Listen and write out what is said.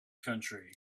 country